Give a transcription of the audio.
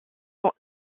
sont